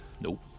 Nope